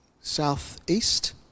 southeast